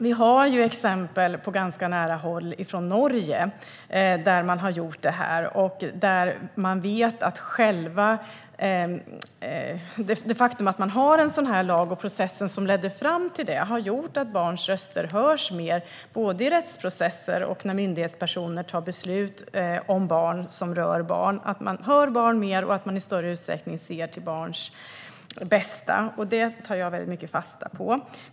Vi har exempel på ganska nära håll, från Norge, där man har gjort detta. Det faktum att man har en sådan här lag, och processen som ledde fram till detta, har gjort att barns röster hörs mer, både i rättsprocesser och när myndighetspersoner fattar beslut som rör barn. Man hör barn mer och ser i större utsträckning till barns bästa, vilket jag tar fasta på.